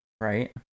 right